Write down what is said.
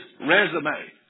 resume